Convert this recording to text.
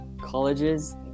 colleges